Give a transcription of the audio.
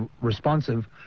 responsive